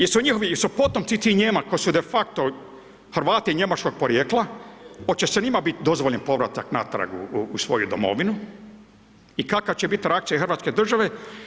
Jesu njihovi, potomci tih Nijemaca koji su defakto Hrvati njemačkog porijekla, hoće se njima biti dozvoljen povratak natrag u svoju domovinu i kakva će biti reakcija hrvatske države?